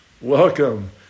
Welcome